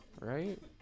right